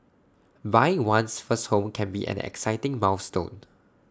buying one's first home can be an exciting milestone